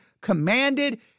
commanded